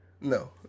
no